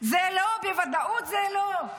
זה לא, בוודאות זה לא.